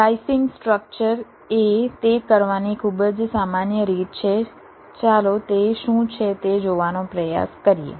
slicing structure એ તે કરવાની ખૂબ જ સામાન્ય રીત છે ચાલો તે શું છે તે જોવાનો પ્રયાસ કરીએ